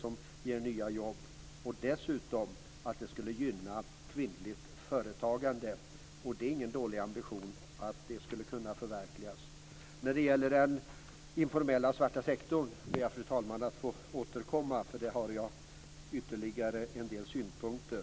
Det ger nya jobb och gynnar dessutom kvinnligt företagande. Det är ingen dålig ambition, om det kan förverkligas. Fru talman! När det gäller den informella svarta sektorn ber jag att få återkomma. Jag har ytterligare en del synpunkter.